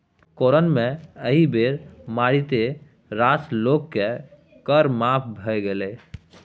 corona मे एहि बेर मारिते रास लोककेँ कर माफ भए गेलै